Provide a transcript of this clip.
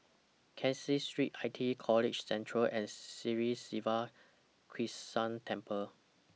Caseen Street ITE College Central and Sri Siva Krishna Temple